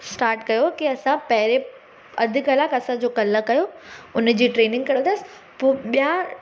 start कयो की असां पहिरें अधु कलाक असांजो कल्ह कयो हुनजी ट्रेनिंग करंदासीं पोइ ॿिया